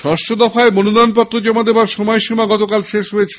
ষষ্ঠ দফায় মনোনয়নপত্র জমা দেওয়ার সময়সীমা গতকাল শেষ হয়েছে